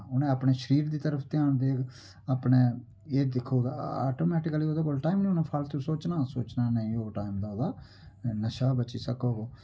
उ'न्नै अपने शरीर दी तरफ ध्यान देग अपने एह् दिखग आटोमैटीकली ओह्दे कोल टाइम निं होना फालतू सोचना सोचना नेईं पौग टाइम तां ओह्दा नशा बची सकग ओह्